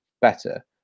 better